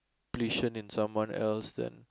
~pletion in someone else then